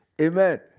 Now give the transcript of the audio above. Amen